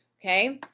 okay,